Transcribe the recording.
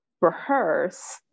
rehearse